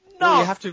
No